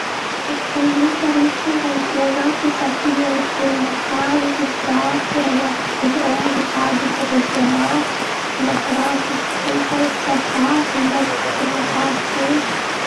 الكمبيوتر يحتوي على مكونات أساسية مثل المعالج، الذاكرة، لوحة الأم، بطاقة الرسومات، الأقراص، السلطة والشاشات واللوحة المفاتيح.